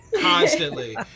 constantly